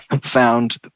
found